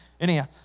Anyhow